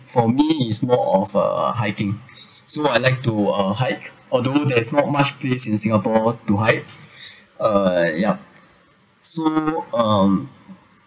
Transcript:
for me is more of uh hiking so I like to uh hike although there's not much place in singapore to hike uh yup so um